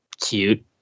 Cute